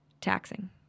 taxing